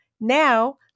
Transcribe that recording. Now